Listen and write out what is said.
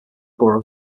borough